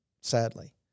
sadly